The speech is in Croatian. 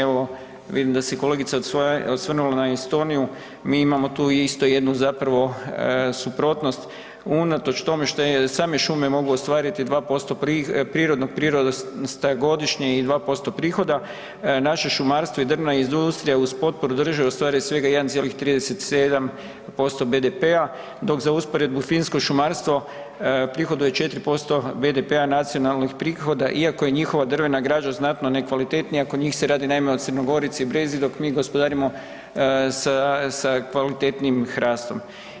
Evo vidim da se kolegica osvrnula na Estoniju, mi imamo tu isto jednu zapravo suprotnost, unatoč tome što same šume mogu ostvariti 2% prirodnog prirasta godišnje i 2% prihoda, naše šumarstvo i drvna industrija uz potporu države ostvari svega 1,37% BDP-a dok za usporedbu finsko šumarstvo prihoduje 4% BDP-a nacionalnih prihoda iako je njihova drvena građa znatno ne kvalitetnija, kod njih se radi naime o crnogorici i brezi dok mi gospodarimo sa, sa kvalitetnijim hrastom.